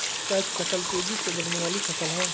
catch फसल तेजी से बढ़ने वाली फसल है